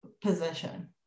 position